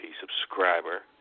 subscriber